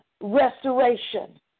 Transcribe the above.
restoration